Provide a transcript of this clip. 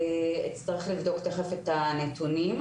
אצטרך לבדוק תיכף את הנתונים.